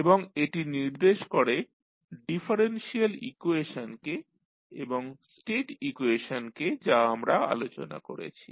এবং এটি নির্দেশ করে ডিফারেনশিয়াল ইকুয়েশনকে এবং স্টেট ইকুয়েশনকে যা আমরা আলোচনা করেছি